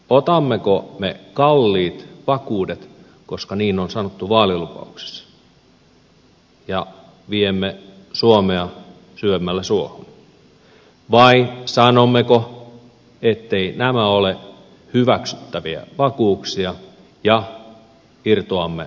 otammeko ne kalliit vakuudet koska niin on sanottu vaalilupauksissa ja viemme suomea syvemmälle suohon vai sanommeko etteivät nämä ole hyväksyttäviä vakuuksia ja irtoamme sopimuksesta